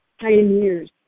pioneers